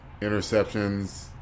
Interceptions